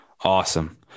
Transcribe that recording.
Awesome